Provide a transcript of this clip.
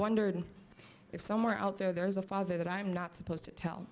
wondered if somewhere out there there's a father that i'm not supposed to tell